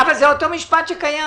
אבל זה אותו משפט שקיים.